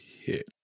hit